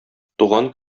туган